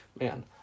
man